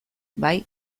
bai